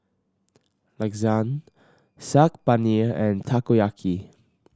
Lasagne Saag Paneer and Takoyaki